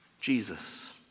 Jesus